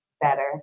better